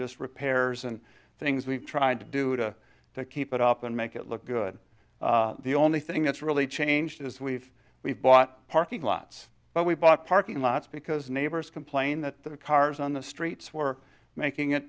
just repairs and things we've tried to do to keep it up and make it look good the only thing that's really changed is we've we've bought parking lots but we bought parking lots because neighbors complained that the cars on the streets were making it